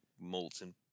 molten